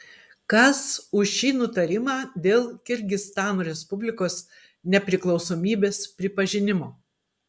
kas už šį nutarimą dėl kirgizstano respublikos nepriklausomybės pripažinimo